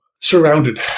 surrounded